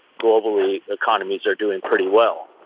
globally, economies are doing pretty well.